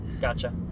gotcha